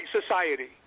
society